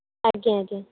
ଆଜ୍ଞା ଆଜ୍ଞା